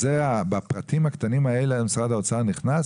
בפרטים הקטנים האלה משרד האוצר נכנס?